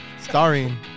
Starring